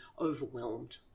overwhelmed